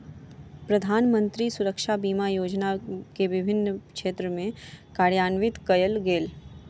प्रधानमंत्री सुरक्षा बीमा योजना के विभिन्न क्षेत्र में कार्यान्वित कयल गेल